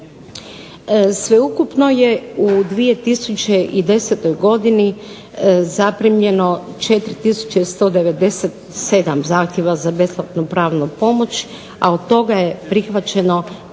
Sveukupno je u 2010. godini zaprimljeno 4 tisuće 197 zahtjeva za besplatnu pravnu pomoć, a od toga je prihvaćeno